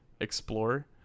explore